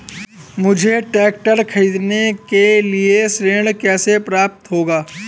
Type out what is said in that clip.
मुझे ट्रैक्टर खरीदने के लिए ऋण कैसे प्राप्त होगा?